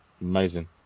amazing